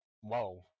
Whoa